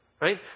Right